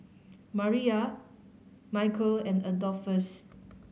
Mariyah Micheal and Adolphus